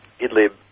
Idlib